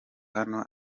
hano